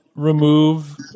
remove